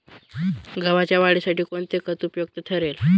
गव्हाच्या वाढीसाठी कोणते खत उपयुक्त ठरेल?